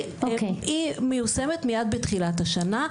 היא מיושמת מיד בתחילת השנה.